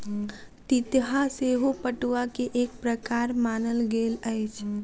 तितहा सेहो पटुआ के एक प्रकार मानल गेल अछि